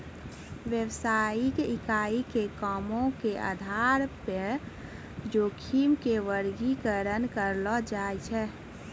व्यवसायिक इकाई के कामो के आधार पे जोखिम के वर्गीकरण करलो जाय छै